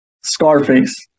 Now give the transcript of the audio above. Scarface